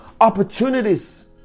opportunities